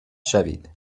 شوید